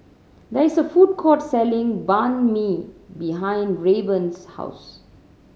there is a food court selling Banh Mi behind Rayburn's house